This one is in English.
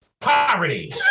Poverty